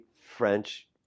French